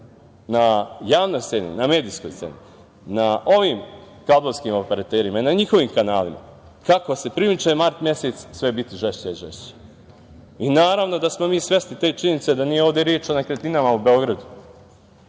na javnoj sceni, na medijskoj sceni, na ovim kablovskim operaterima, na njihovim kanalima, kako se primiče mart mesec sve biti žešće i žešće. Naravno da smo mi svesni te činjenice da nije ovde reč o nekretninama u Beogradu,